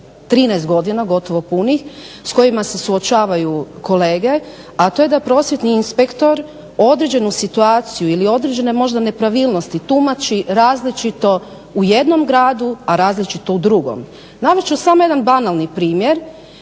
13 godina gotovo punih s kojima se suočavaju kolege, a to je da prosvjetni inspektor određenu situaciju ili određene možda nepravilnosti tumači različito u jednom gradu, a različito u drugom. Navest ću samo jedan banalni primjer,